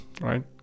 right